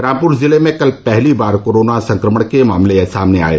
रामपुर जिले में कल पहली बार कोरोना संक्रमण के मामले सामने आये